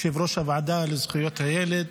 יושב-ראש הוועדה לזכויות הילד,